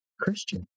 Christian